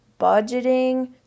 budgeting